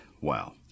Wow